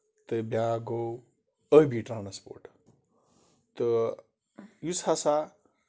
تہٕ بیاکھ گوٚو ٲبی ٹرانَسپورٹ تہٕ یُس ہسا